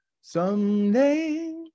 someday